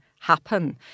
Happen